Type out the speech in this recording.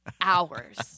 hours